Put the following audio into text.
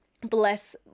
bless